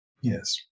Yes